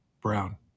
Brown